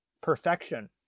perfection